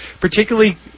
particularly